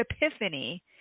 epiphany